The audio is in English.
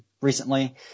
recently